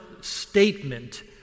statement